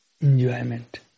enjoyment